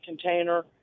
container